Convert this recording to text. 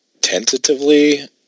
tentatively